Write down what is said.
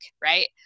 Right